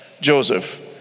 Joseph